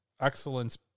excellence